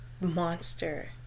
monster